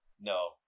No